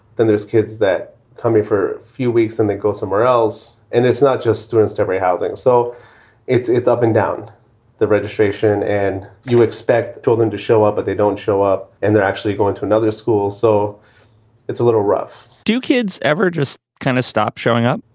then there's kids that come in for. few weeks and then go somewhere else. and it's not just the instant re-housing. so it's it's up and down the registration and you expect them to show up, but they don't show up and they're actually going to another school. so it's a little rough do kids ever just kind of stop showing up?